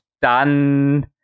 dann